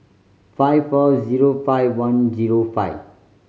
five four zero five one zero five